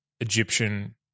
Egyptian